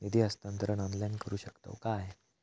निधी हस्तांतरण ऑनलाइन करू शकतव काय?